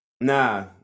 Nah